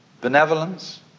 benevolence